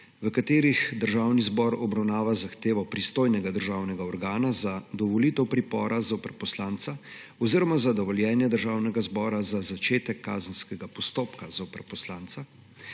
v katerih Državni zbor obravnava zahtevo pristojnega državnega organa za dovolitev pripora zoper poslanca oziroma za dovoljenje Državnega zbora za začetek kazenskega postopka zoper poslanca